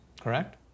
correct